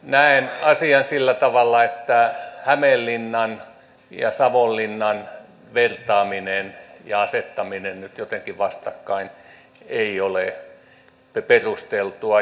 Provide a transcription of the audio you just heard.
näen asian sillä tavalla että hämeenlinnan ja savonlinnan vertaaminen ja asettaminen nyt jotenkin vastakkain ei ole perusteltua